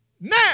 Now